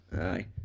Aye